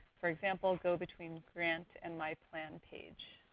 for example, go-between grant and my plan page?